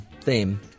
theme